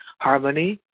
harmony